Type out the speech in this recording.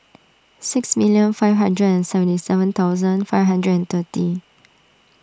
six million five hundred and seventy seven thousand five hundred and thirty